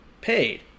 paid